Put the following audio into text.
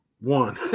one